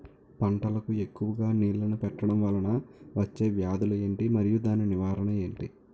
పంటలకు ఎక్కువుగా నీళ్లను పెట్టడం వలన వచ్చే వ్యాధులు ఏంటి? మరియు దాని నివారణ ఏంటి?